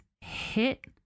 hit